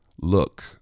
Look